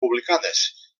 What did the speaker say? publicades